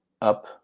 up